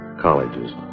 colleges